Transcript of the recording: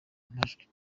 majwi